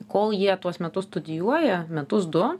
kol jie tuos metus studijuoja metus du